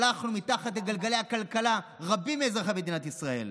שלחנו מתחת לגלגלי הכלכלה רבים מאזרחי מדינת ישראל.